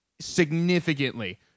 significantly